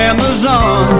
Amazon